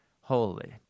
holy